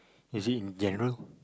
is it in general